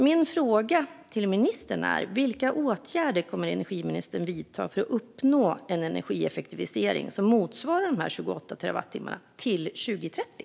Min fråga till energiministern är vilka åtgärder hon kommer att vidta för att uppnå en energieffektivisering som motsvarar dessa 28 terawattimmar till 2030.